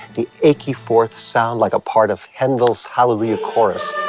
the achy fourths, sound like a part of handel's hallelujah chorus.